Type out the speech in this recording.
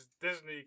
Disney